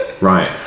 right